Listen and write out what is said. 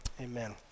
Amen